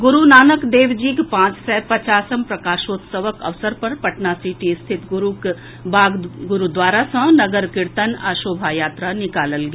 गुरूनानक देव जीक पांच सय पचासम प्रकाशोत्सवक अवसर पर पटना सिटी स्थित गुरूक बाग गुरूद्वारा सँ नगर कीर्तन आ शोभा यात्रा निकालल गेल